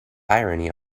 irony